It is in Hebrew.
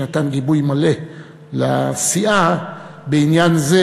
שנתן גיבוי מלא לסיעה בעניין זה,